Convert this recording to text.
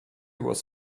was